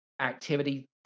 activity